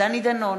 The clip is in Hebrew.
דני דנון,